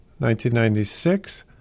1996